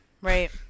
right